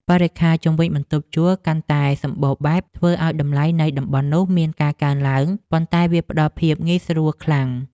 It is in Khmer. បរិក្ខារជុំវិញបន្ទប់ជួលកាន់តែសម្បូរបែបធ្វើឱ្យតម្លៃនៃតំបន់នោះមានការកើនឡើងប៉ុន្តែវាផ្តល់ភាពងាយស្រួលខ្លាំង។